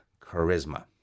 charisma